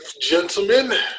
gentlemen